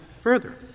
further